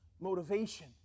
motivation